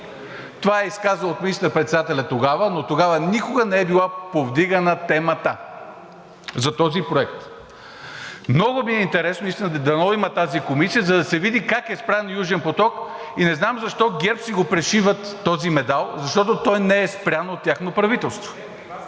Това е изказал министър-председателят тогава, но тогава никога не е била повдигана темата за този проект. Много ми е интересно наистина… Дано да я има тази комисия, за да се види как е спрян Южен поток. И не знам защо ГЕРБ си го пришиват този медал, защото той не е спрян от тяхно правителство.